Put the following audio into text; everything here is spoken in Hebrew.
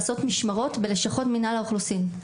לעשות משמרות בלשכות מינהל האוכלוסין.